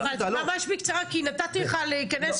ממש בקצרה, כי נתתי לך להיכנס